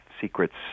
secrets